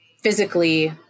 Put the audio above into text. physically